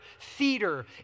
theater